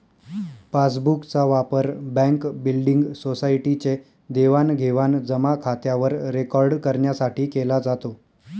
passbook चा वापर bank, building, society चे देवाणघेवाण जमा खात्यावर रेकॉर्ड करण्यासाठी केला जातो